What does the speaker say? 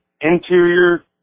interior